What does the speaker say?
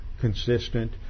consistent